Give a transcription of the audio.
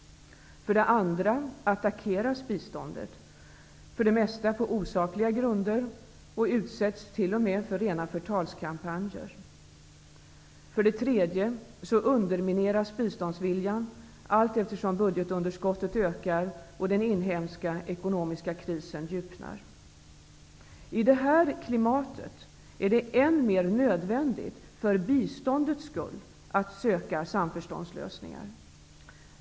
För det andra attackeras biståndet, för det mesta på osakliga grunder, och utsätts t.o.m. för rena förtalskampanjer. För det tredje undermineras biståndsviljan allteftersom budgetunderskottet ökar och den inhemska ekonomiska krisen djupnar. I det här klimatet är det än mer nödvändigt för biståndets skull att söka samförståndslösningar.